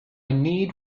need